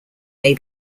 may